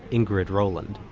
ingrid roland.